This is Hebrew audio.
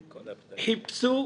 חיפשו,